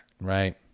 Right